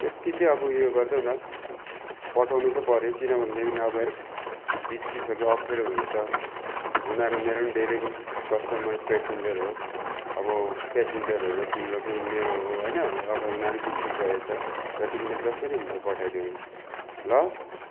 त्यति चाहिँ अब उयो गरिदेऊ न पठाउनु चाहिँ पऱ्यो किनभनेदेखि अब हेर बिच्किसक्यो अप्ठ्यारो हुन्छ उनीहरू मेरो पनि डेलीको कस्टमर पेसेन्जर हो अब पेसेन्जरहरू तिम्रो पनि मेरो हो होइन अबो उनीहरू बिच्किसकेको छ र तिमीले जसरी हुन्छ पठाइदेऊ ल